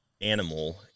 animal